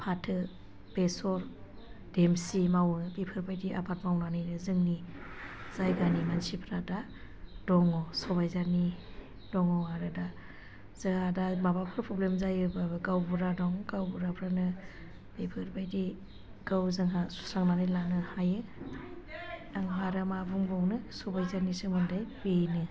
फाथो बेसर देमसि मावो बेफोरबायदि आबाद मावनानै जोंनि जायगानि मानसिफ्रा दा दङ सबाइझारनि दङ आरो दा जाहा दा माबाफोर प्रब्लेम जायोब्ला गावबुरा दं गावबुराफ्रानो बेफोरबायदि गाव जोंहा सुस्रांनानै लानो हायो आंहा आरो मा बुंबावनो सबाइझारनि सोमोन्दै बेनो